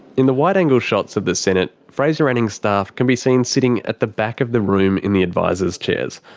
in the wide angle shots of the senate, fraser anning's staff can be seen sitting at the back of the room in the advisers' chairs.